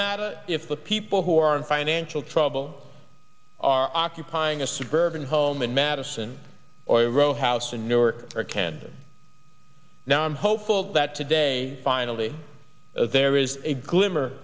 matter if the people who are in financial trouble are occupying a suburban home in madison or a row house in newark or can do now i'm hopeful that today finally there is a glimmer